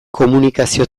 komunikazio